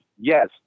Yes